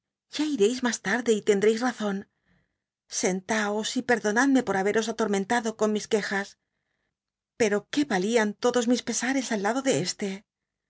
ya ircis mas tarde y lcnd rcis razon sentaos y pcedonadme por haberos atormcntado con mis quejas pero qué valían lodos mis pesares al lado de este